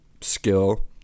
skill